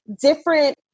different